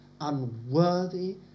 unworthy